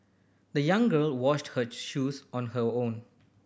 the young girl washed her shoes on her own